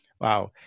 Wow